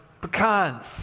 Pecans